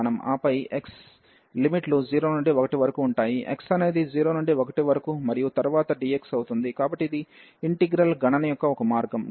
ఆపై x limit లు 0 నుండి 1 వరకు ఉంటాయి x అనేది 0 నుండి 1 వరకు మరియు తరువాత dx అవుతుంది కాబట్టి ఇది ఇంటిగ్రల్ గణన యొక్క ఒక మార్గం